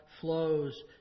flows